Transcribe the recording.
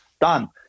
done